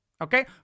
okay